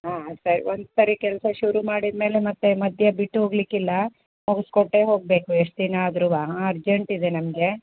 ಹಾಂ ಸರಿ ಒಂದು ಸರಿ ಕೆಲಸ ಶುರು ಮಾಡಿದ ಮೇಲೆ ಮತ್ತೆ ಮಧ್ಯ ಬಿಟ್ಟೋಗಲಿಕ್ಕಿಲ್ಲ ಮುಗ್ಸಿ ಕೊಟ್ಟೇ ಹೋಗಬೇಕು ಎಷ್ಟು ದಿನ ಆದ್ರೂ ಹಾಂ ಅರ್ಜೆಂಟ್ ಇದೆ ನಮಗೆ